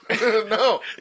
No